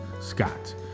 Scott